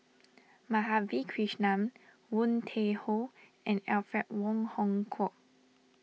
Madhavi Krishnan Woon Tai Ho and Alfred Wong Hong Kwok